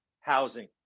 housing